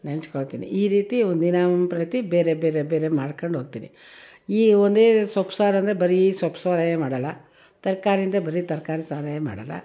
ನೆಂಚ್ಕೊಳ್ತೀನಿ ಈ ರೀತಿ ದಿನಂಪ್ರತಿ ಬೇರೆ ಬೇರೆ ಬೇರೆ ಮಾಡ್ಕೊಂಡು ಹೋಗ್ತೀನಿ ಈ ಒಂದೇ ಸೊಪ್ಪು ಸಾರು ಅಂದರೆ ಬರೀ ಸೊಪ್ಪು ಸಾರೇ ಮಾಡೋಲ್ಲ ತರಕಾರಿ ಅಂದರೆ ಬರೀ ತರಕಾರಿ ಸಾರೇ ಮಾಡೋಲ್ಲ